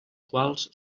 quals